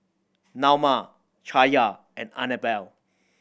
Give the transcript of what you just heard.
Naoma Chaya and Annabel